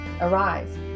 Arise